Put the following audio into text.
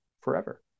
forever